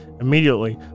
immediately